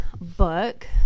book